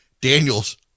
Daniels